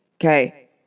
Okay